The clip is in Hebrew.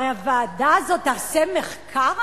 הרי הוועדה הזאת תעשה מחקר,